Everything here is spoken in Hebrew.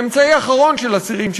אמצעי אחרון של אסירים,